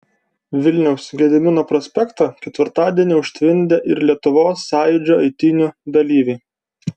vilniaus gedimino prospektą ketvirtadienį užtvindė ir lietuvos sąjūdžio eitynių dalyviai